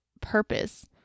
purpose